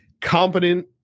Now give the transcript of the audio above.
competent